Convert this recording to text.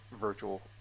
virtual